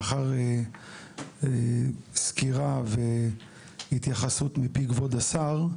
לאחר סקירה והתייחסות מפי כבוד סגן השר,